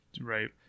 Right